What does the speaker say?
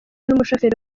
n’umushoferi